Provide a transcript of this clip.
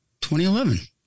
2011